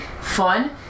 fun